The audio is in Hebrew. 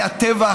היה טבח,